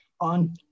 on